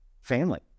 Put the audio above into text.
family